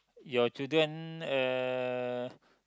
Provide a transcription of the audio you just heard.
your children uh